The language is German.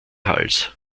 hals